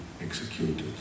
executed